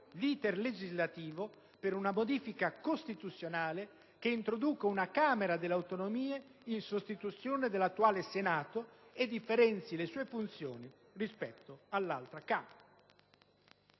l' *iter* legislativo per una modifica costituzionale che introduca una Camera delle autonomie in sostituzione dell'attuale Senato e differenzi le sue funzioni rispetto all'altra Camera.